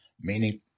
meaning